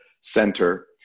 center